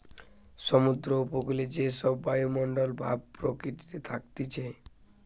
সমুদ্র উপকূলে যে সব বায়ুমণ্ডল ভাব প্রকৃতিতে থাকতিছে